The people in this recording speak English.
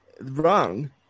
wrong